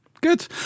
good